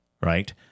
right